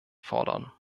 fordern